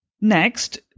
Next